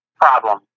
problem